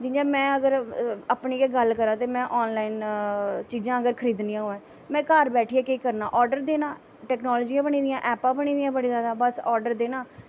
जि'यां में अगर अपनी गै गल्ल करांऽ ते में ऑन लाई चीज़ां अगर खरीदनियां होऐं में घर बैठियै केह् करना आर्डर देना टैकनॉलजी बनी दियां ऐपां बनी दियां बड़ियां बस आर्डर देना